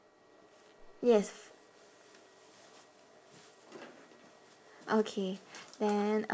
yes okay then